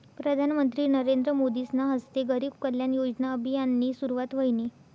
प्रधानमंत्री नरेंद्र मोदीसना हस्ते गरीब कल्याण योजना अभियाननी सुरुवात व्हयनी